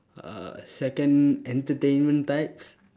uh second entertainment types